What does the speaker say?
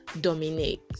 dominate